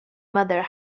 mother